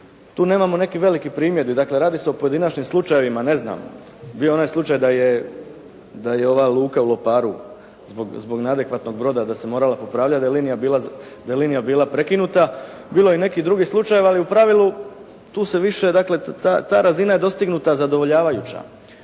tu nemamo nekih velikih primjedbi, dakle radi se o pojedinačnim slučajevima, ne znam bio je onaj slučaj da je ova luka u Loparu zbog neadekvatnog broda da se morala popravljati, da je linija bila prekinuta, bilo je nekih drugih slučajeva ali u pravilu tu se više, dakle ta razina je dostignuta zadovoljavajuća.